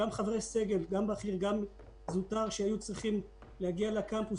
חברי סגל בכיר וזוטר שהיו צריכים להגיע לקמפוס